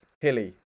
Hilly